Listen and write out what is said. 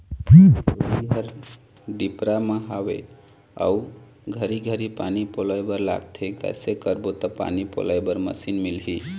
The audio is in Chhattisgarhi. मोर डोली हर डिपरा म हावे अऊ घरी घरी पानी पलोए बर लगथे कैसे करबो त पानी पलोए बर मशीन मिलही?